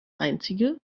einzige